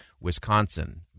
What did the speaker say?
Wisconsin